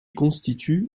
constitue